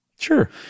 Sure